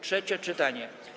Trzecie czytanie.